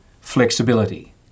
flexibility